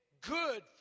good